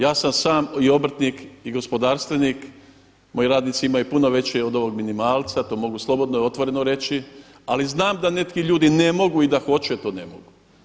Ja sam sam i obrtnik i gospodarstvenik, moji radnici imaju puno veći od ovog minimalca, to mogu slobodno i otvoreno reći ali znam da neki ljudi ne mogu i da hoće to ne mogu.